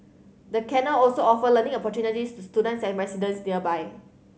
the canal also offer learning opportunities to students and residents nearby